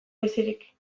bizirik